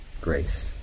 Grace